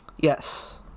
yes